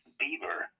beaver